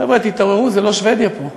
חבר'ה, תתעוררו, זה לא שבדיה פה.